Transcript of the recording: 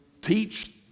Teach